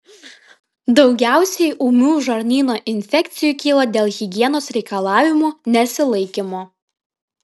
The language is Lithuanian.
daugiausiai ūmių žarnyno infekcijų kyla dėl higienos reikalavimų nesilaikymo